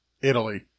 Italy